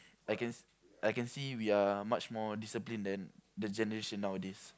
I can s~ I can see we are much more discipline than the generation nowadays